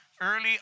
early